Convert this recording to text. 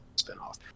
spinoff